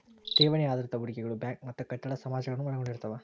ಠೇವಣಿ ಆಧಾರಿತ ಹೂಡಿಕೆಗಳು ಬ್ಯಾಂಕ್ ಮತ್ತ ಕಟ್ಟಡ ಸಮಾಜಗಳನ್ನ ಒಳಗೊಂಡಿರ್ತವ